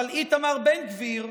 אבל איתמר בן גביר,